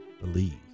believe